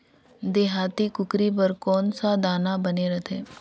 देहाती कुकरी बर कौन सा दाना बने रथे?